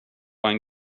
going